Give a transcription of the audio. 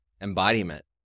embodiment